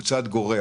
הוא צעד גורע